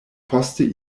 poste